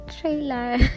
trailer